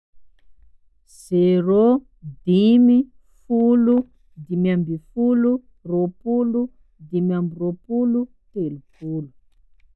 Zero, dimy, folo, dimy amby folo, roa-polo, dimy amby roapolo, telo-polo.